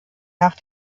nach